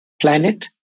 planet